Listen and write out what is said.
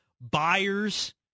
buyers